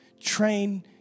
train